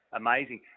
amazing